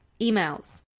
emails